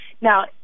Now